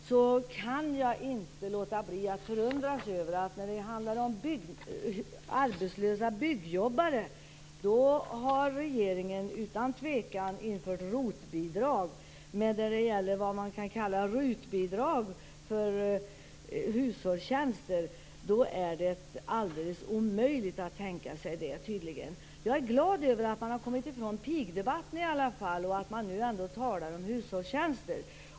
Jag kan inte låta bli att förundras över att i fråga om arbetslösa byggjobbare har regeringen utan att tveka infört ROT-bidrag. Men det är tydligen alldeles omöjligt att tänka sig "RUT-bidrag" för hushållstjänster. Jag är glad över att man har kommit ifrån pigdebatten och nu talar om hushållstjänster.